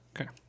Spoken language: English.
Okay